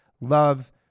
love